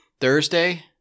Thursday